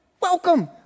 Welcome